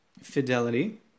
Fidelity